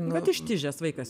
vat ištižęs vaikas